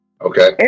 Okay